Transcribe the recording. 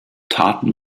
taten